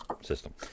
system